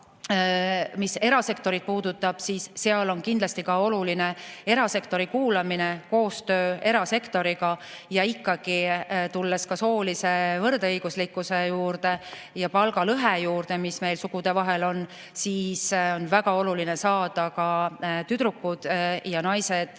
mis erasektorit puudutab, siis kindlasti on oluline erasektori kuulamine ja koostöö. Ja ikkagi, tulles soolise võrdõiguslikkuse juurde ja palgalõhe juurde, mis meil sugude vahel on, on väga oluline saada ka tüdrukud ja naised